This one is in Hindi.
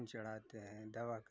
जड़ाते हैं दवा करते हैं